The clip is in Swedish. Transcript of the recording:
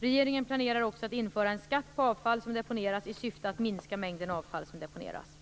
Regeringen planerar också att införa en skatt på avfall som deponeras i syfte att minska mängden avfall som deponeras.